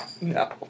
No